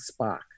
Spock